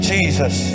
Jesus